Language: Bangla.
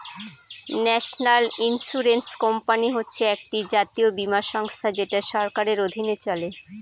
ন্যাশনাল ইন্সুরেন্স কোম্পানি হচ্ছে একটি জাতীয় বীমা সংস্থা যেটা সরকারের অধীনে চলে